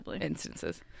instances